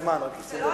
הזמן.